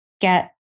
get